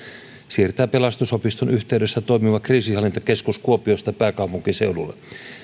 siirtää pelastusopiston yhteydessä toimiva kriisinhallintakeskus kuopiosta pääkaupunkiseudulle